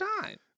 time